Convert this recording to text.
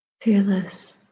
fearless